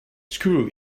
screw